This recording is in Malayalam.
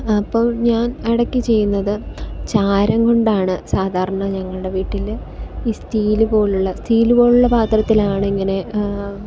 അപ്പോൾ ഞാന് ഇടയ്ക്ക് ചെയ്യുന്നത് ചാരം കൊണ്ടാണ് സാധാരണ ഞങ്ങളുടെ വീട്ടിൽ ഈ സ്റ്റീല് പോലുള്ള സ്റ്റീല് പോലുള്ള പാത്രത്തിലാണ് ഇങ്ങനെ